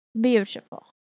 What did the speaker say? beautiful